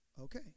Okay